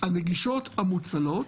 הנגישות המוצלות,